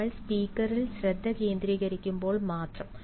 നമ്മൾ സ്പീക്കറിൽ ശ്രദ്ധ കേന്ദ്രീകരിക്കുമ്പോൾ മാത്രം